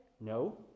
No